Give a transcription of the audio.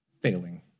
failing